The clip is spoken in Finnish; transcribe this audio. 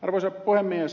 arvoisa puhemies